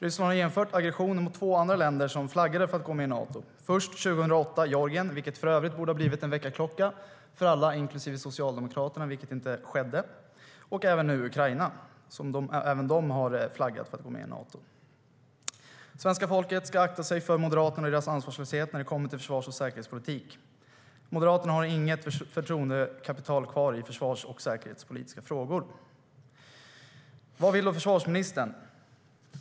Ryssland har genomfört aggressioner mot två andra länder som flaggat för att gå med i Nato, först Georgien 2008, som för övrigt borde ha blivit en väckarklocka för alla, inklusive Socialdemokraterna, vilket inte skedde, och nu Ukraina, som även de har flaggat för att gå med i Nato.Vad vill då försvarsministern?